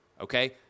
okay